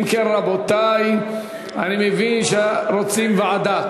אם כן, רבותי, אני מבין, שרוצים ועדה.